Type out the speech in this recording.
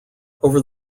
over